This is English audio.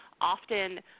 often